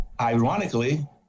Ironically